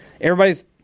everybody's